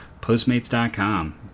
Postmates.com